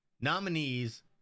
nominees